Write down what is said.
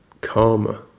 karma